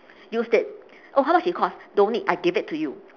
used it oh how much it costs don't need I give it to you